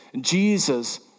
Jesus